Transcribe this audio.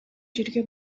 жерге